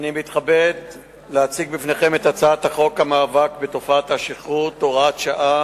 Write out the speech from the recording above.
אני מתכבד להציג לפניכם את הצעת חוק המאבק בתופעת השכרות (הוראת שעה),